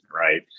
Right